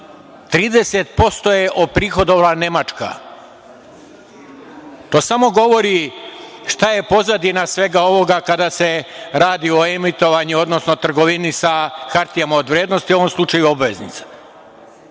je iprihodovala 30%. To samo govori šta je pozadina svega ovoga kada se radi o emitovanju, odnosno trgovini sa hartijama od vrednosti, u ovom slučaju obveznice. Kako